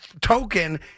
token